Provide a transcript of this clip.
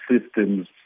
systems